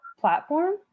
platform